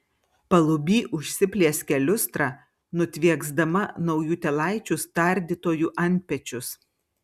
paluby užsiplieskia liustra nutvieksdama naujutėlaičius tardytojų antpečius